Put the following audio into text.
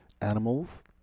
animals